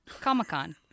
Comic-Con